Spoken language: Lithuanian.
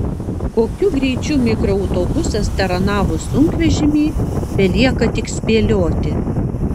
kokiu greičiu mikroautobusas taranavo sunkvežimį belieka tik spėlioti